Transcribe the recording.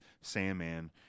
Sandman